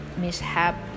mishap